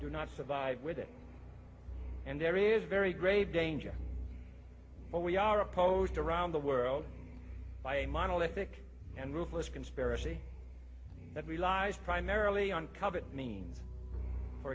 do not survive with it and there is very grave danger but we are opposed around the world by a monolithic and ruthless conspiracy that relies primarily on covet means or